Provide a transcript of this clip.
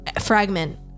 fragment